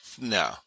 no